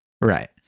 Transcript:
Right